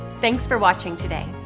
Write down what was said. thanks for watching today,